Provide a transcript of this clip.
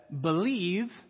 believe